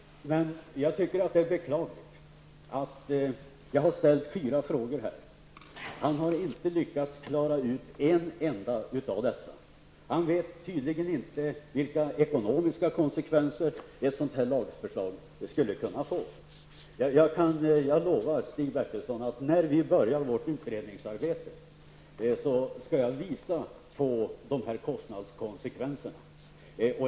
Jag har ställt fyra frågor och det är beklagligt att han inte har lyckats klara ut en enda av dessa. Han vet tydligen inte vilka ekonomiska konsekvenser ett sådant här lagförslag skulle kunna få. Jag lovar Stig Bertilsson att jag, när vi börjar vårt utredningsarbete, skall visa på kostnadskonsekvenserna.